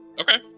Okay